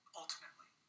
ultimately